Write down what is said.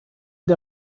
der